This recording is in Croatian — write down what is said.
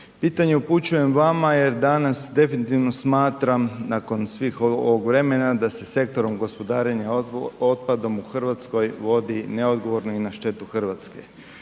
pitanje upućujem vama jer danas definitivno smatram nakon svih ovog vremena da se sektorom gospodarenja otpadom u Hrvatskoj vodi neodgovorno i na štetu Hrvatske.